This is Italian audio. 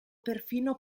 perfino